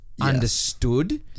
understood